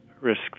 risk